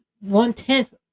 one-tenth